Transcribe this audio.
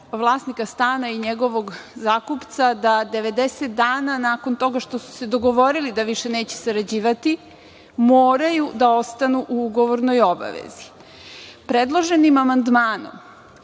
vlasnika stana i njegovog zakupca da 90 dana nakon toga što su se dogovorili da više neće sarađivati, moraju da ostanu u ugovornoj obavezi. Predloženim amandmanom,